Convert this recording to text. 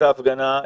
את ההפגנה,